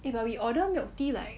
eh but we order milk tea like